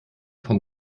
vom